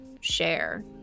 share